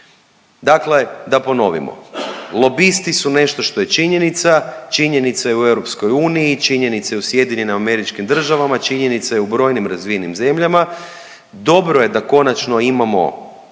Dakle, da ponovimo. Lobisti su nešto što je činjenica, činjenica i u EU, činjenica i u SAD, činjenica i u brojnim razvijenim zemljama. Dobro je da konačno imamo